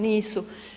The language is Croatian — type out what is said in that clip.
Nisu.